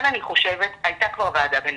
הייתה כבר ועדה בין-משרדית.